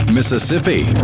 Mississippi